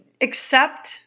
accept